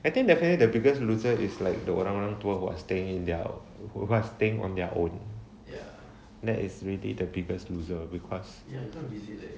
I think definitely the biggest loser is like the orang-orang tua who are staying in their who are staying on their own that is really the biggest loser because